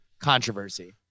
controversy